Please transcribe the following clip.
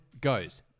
goes